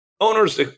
Owners